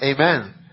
Amen